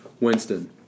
Winston